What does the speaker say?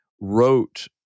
wrote